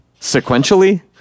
sequentially